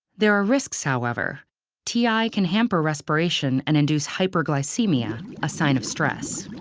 there are risks however ti can hamper respiration and induce hyperglycemia, a sign of stress.